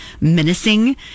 menacing